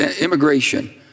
immigration